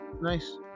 Nice